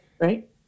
right